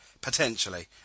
potentially